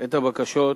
את הבקשות,